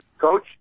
Coach